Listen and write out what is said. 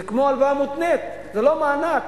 זה כמו הלוואה מותנית, זה לא מענק.